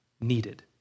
needed